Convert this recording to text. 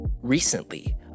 Recently